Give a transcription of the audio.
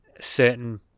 certain